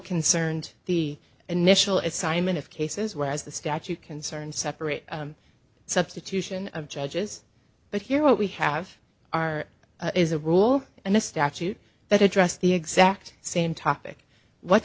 concerned the initial assignment of cases where as the statute concerned separate substitution of judges but here what we have are is a rule and this statute that address the exact same topic what